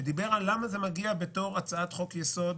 ששאל למה זה מגיע בתור הצעת חוק-יסוד